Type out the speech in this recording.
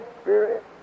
Spirit